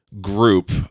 group